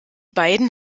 beiden